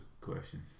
question